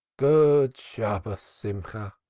good shabbos, simcha,